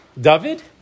David